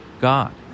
God